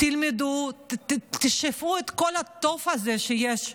תלמדו, תשאפו אל כל הטוב הזה שיש,